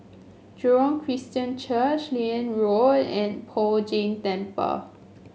Jurong Christian Church Liane Road and Poh Jay Temple